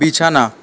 বিছানা